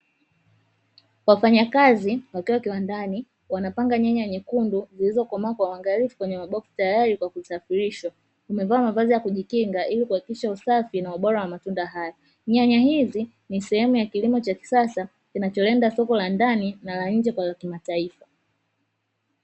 Wafanya kazi wakiwa kiwandani wanapanga nyanya nyekundu zilizo komaa kwa uangalifu kwenye maboksi tayari kwa kusafirishwa, wamevaa mavazi ya kujikinga ili kuhakikisha usafi na ubora wa matunda hayo. Nyanya hizi ni sehemu ya kilimo cha kisasa kinacholenga soko la ndani na la nje kwa kimataifa.